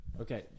Okay